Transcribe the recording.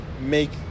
make